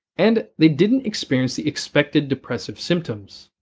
and they didn't experience the expected depressive symptoms.